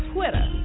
Twitter